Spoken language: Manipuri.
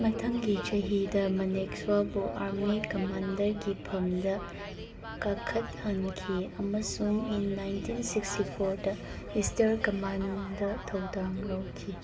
ꯃꯊꯪꯒꯤ ꯆꯍꯤꯗ ꯃꯅꯦꯛꯁ꯭ꯋꯥꯕꯨ ꯑꯥꯔꯃꯤ ꯀꯝꯃꯥꯟꯗꯔꯒꯤ ꯐꯝꯗ ꯀꯥꯈꯠꯍꯟꯈꯤ ꯑꯝꯁꯨꯡ ꯏꯪ ꯅꯥꯏꯟꯇꯤꯟ ꯁꯤꯛꯁꯇꯤ ꯐꯣꯔꯗ ꯏꯁꯇ꯭ꯔ ꯀꯝꯃꯥꯟꯗ ꯊꯧꯗꯥꯡ ꯂꯧꯈꯤ